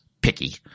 picky